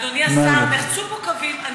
אדוני השר, נחצו פה קווים.